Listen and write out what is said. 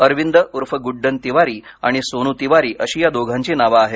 अरविंद ऊर्फ गुड्डन तिवारी आणि सोनू तिवारी अशी या दोघांची नावं आहेत